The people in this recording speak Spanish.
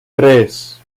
tres